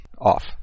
off